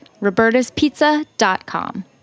robertaspizza.com